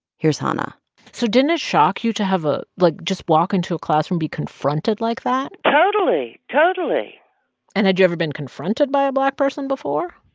here's hanna so didn't it shock you to have a, like, just walk into a classroom, be confronted like that? totally. totally and had you ever been confronted by a black person before?